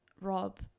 Rob